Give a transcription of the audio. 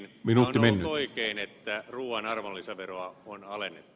ja on ollut oikein että ruuan arvonlisäveroa on alennettu